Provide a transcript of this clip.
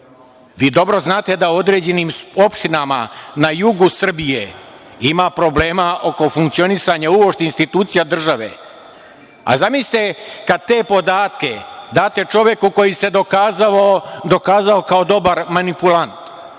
dobro znate da u određenim opštinama na jugu Srbije ima problema oko funkcionisanja uopšte institucija države, a zamislite kad te podatke date čoveku koji se dokazao kao dobar manipulant,